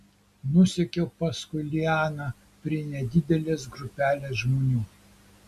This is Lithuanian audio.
nusekiau paskui lianą prie nedidelės grupelės žmonių